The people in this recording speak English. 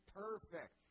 perfect